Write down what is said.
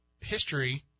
history